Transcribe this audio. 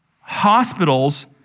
hospitals